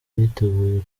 yiteguye